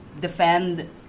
defend